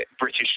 British